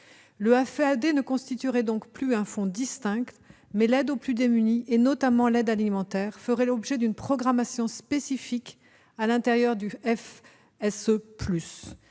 Celui-ci ne constituerait donc plus un fonds distinct, mais l'aide aux plus démunis, notamment l'aide alimentaire, ferait l'objet d'une programmation spécifique à l'intérieur du FSE+.